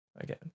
again